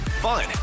fun